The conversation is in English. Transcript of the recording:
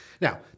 Now